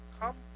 come